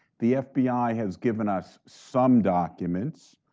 the fbi has given us some documents.